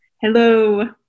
Hello